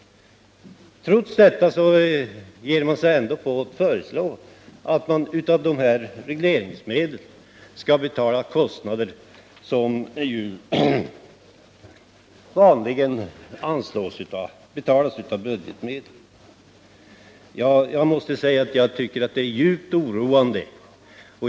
Trots detta ger man sig ändå till att föreslå att av dessa regleringsmedel skall betalas kostnader som vanligen betalas med budgetmedel. Jag tycker att detta är djupt oroande.